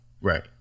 Right